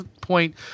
point